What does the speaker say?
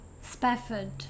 Spafford